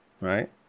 right